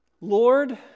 Lord